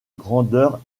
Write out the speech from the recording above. grandeur